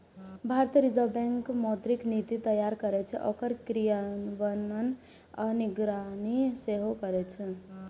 भारतीय reserve bank मौद्रिक नीति तैयार करै छै, ओकर क्रियान्वयन आ निगरानी सेहो करै छै